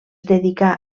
dedicà